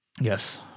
Yes